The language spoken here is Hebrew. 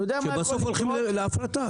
שבסוף הולכים להפרטה.